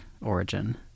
origin